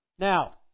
Now